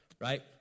right